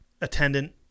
attendant